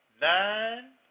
nine